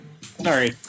Sorry